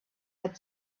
had